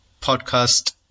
podcast